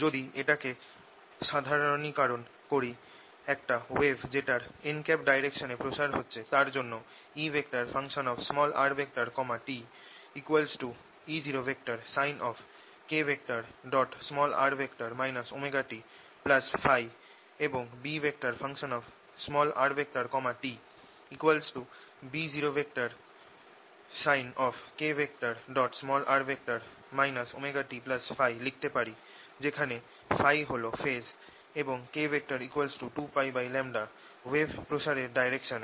যদি এটাকে সাধারণীকরণ করি একটা ওয়েভ যেটার n ডাইরেকশনে প্রসার হচ্ছে তার জন্য ErtE0sin⁡kr ωtՓ এবং BrtB0sin⁡kr ωtՓ লিখতে পারি যেখানে Փ হল ফেজ এবং k 2π ওয়েভ প্রচারের ডাইরেকশনে